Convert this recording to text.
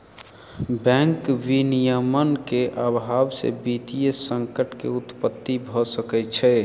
bank विनियमन के अभाव से वित्तीय संकट के उत्पत्ति भ सकै छै